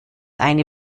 eine